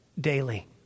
daily